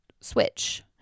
switch